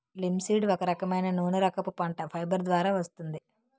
linseed ఒక రకమైన నూనెరకపు పంట, ఫైబర్ ద్వారా వస్తుంది